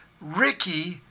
ricky